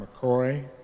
McCoy